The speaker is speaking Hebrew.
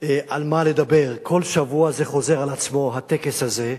על מה לדבר, כל שבוע חוזר על עצמו הטקס הזה,